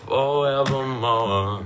Forevermore